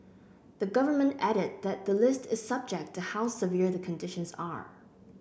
the Government added that the list is subject to how severe the conditions are